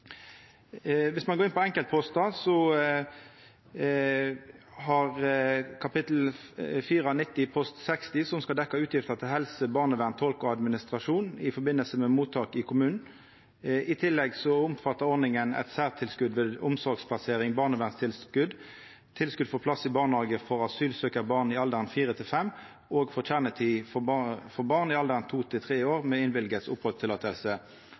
ein går inn på enkeltpostar, har me kapittel 490 post 60, som skal dekkja utgifter til helse, barnevern, tolk og administrasjon i forbinding med mottak i kommunen. I tillegg omfattar ordninga eit særleg tilskot ved omsorgsplassering, barnevernstilskot, tilskot for plass i barnehage for asylsøkjarbarn i alderen 4–5 år, og for kjernetid for barn i alderen 2–3 år med